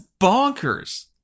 bonkers